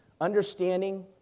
understanding